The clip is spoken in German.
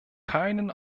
keinen